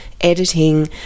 editing